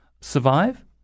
survive